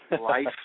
life